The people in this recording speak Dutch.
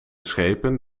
schepen